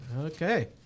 Okay